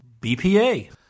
BPA